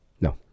No